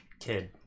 kid